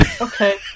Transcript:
Okay